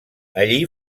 allí